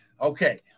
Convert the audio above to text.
Okay